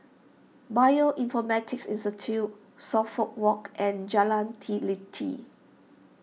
Bioinformatics Institute Suffolk Walk and Jalan Teliti